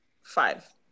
Five